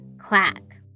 Quack